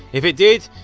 if it did,